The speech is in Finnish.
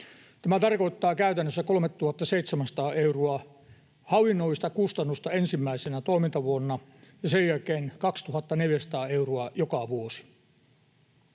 Tämä tarkoittaa käytännössä 3 700 euroa hallinnollista kustannusta ensimmäisenä toimintavuonna ja sen jälkeen 2 400 euroa joka vuosi.